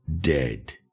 dead